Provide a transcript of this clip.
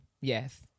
Yes